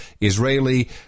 Israeli